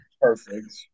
perfect